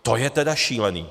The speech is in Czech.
To je tedy šílené.